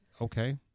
okay